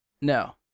No